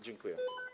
Dziękuję.